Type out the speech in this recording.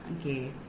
Okay